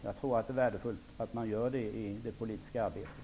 Jag tror att det är värdefullt att man gör det i det politiska arbetet.